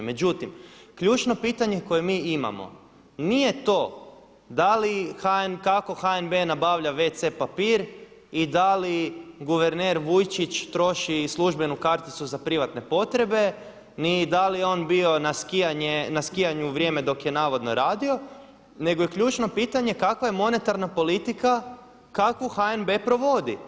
Međutim, ključno pitanje koje mi imamo nije to da li, kako HNB nabavlja wc papir i da li guverner Vujčić troši službenu karticu za privatne potrebe ni da li je on bio na skijanju u vrijeme dok je navodno radio nego je ključno pitanje kakva je monetarna politika kakvu HNB provodi.